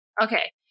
Okay